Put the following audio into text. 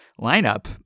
lineup